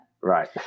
Right